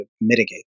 mitigate